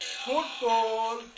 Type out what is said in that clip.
Football